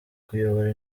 kuyobora